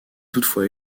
toutefois